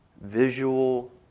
visual